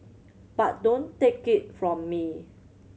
but don't take it from me